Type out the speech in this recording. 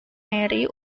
mary